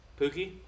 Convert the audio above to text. Pookie